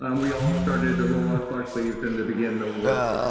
um we all started to roll up our sleeves and to begin the work.